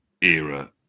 era